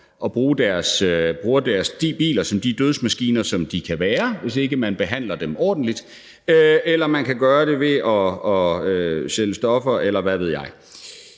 biler som de dødsmaskiner, som de kan være, hvis ikke de behandler dem ordentligt, eller de kan gøre det ved at sælge stoffer, eller hvad ved jeg.